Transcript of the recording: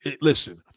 listen